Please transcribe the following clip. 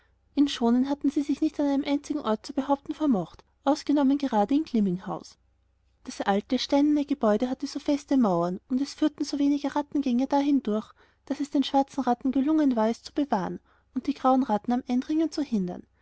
in schonen hatten sie sich nichtaneinemeinzigenortzubehauptenvermocht ausgenommengeradein glimminghaus das alte steinerne gebäude hatte so feste mauern und es führten so wenige rattengänge da hindurch daß es den schwarzen ratten gelungen war es zu bewahren und die grauen ratten am eindringen zu hindern